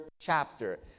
chapter